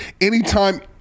anytime